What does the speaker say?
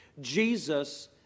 Jesus